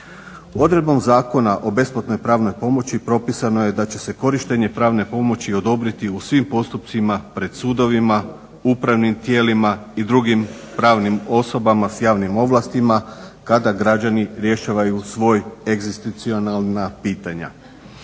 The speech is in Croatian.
Odredbom Zakona o besplatnoj pravnoj pomoći propisano je da će se korištenje pravne pomoći odobriti u svim postupcima pred sudovima, upravnim tijelima i drugim pravnim osobama s javnim ovlastima kada građani rješavaju svoja egzistencijalna pitanja.